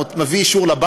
אתם עושים את זה